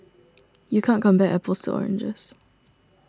you can't compare apples to oranges